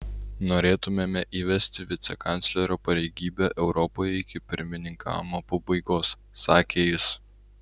norėtumėme įvesti vicekanclerio pareigybę europai iki pirmininkavimo pabaigos sakė jis